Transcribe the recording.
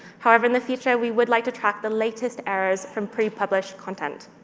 however, in the future, we would like to track the latest errors from pre-published content.